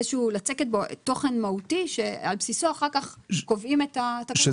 לצקת בו תוכן מהותי שעל בסיסו אחר-כך קובעים את התקנות.